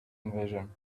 invasion